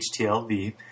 HTLV